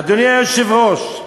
אדוני היושב-ראש,